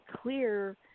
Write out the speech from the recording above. clear